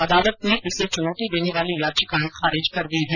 अदालत ने इसे चुनौती देने वाली याचिकाएं खारिज कर दी है